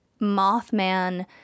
Mothman